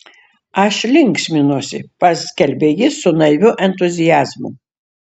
aš linksminuosi paskelbė jis su naiviu entuziazmu